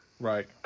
Right